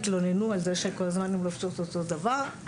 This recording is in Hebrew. התלוננו על זה שכל הזמן לובשות אותו דבר,